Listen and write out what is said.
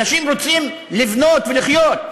אנשים רוצים לבנות ולחיות.